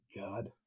God